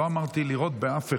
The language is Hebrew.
לא אמרתי לירות באף אחד.